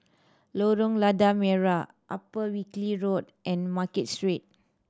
Lorong Lada Merah Upper Wilkie Road and Market Street